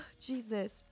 Jesus